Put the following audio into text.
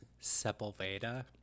Sepulveda